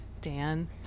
Dan